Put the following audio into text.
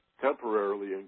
temporarily